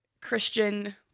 Christian